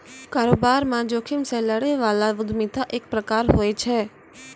कारोबार म जोखिम से लड़ै बला उद्यमिता एक प्रकार होय छै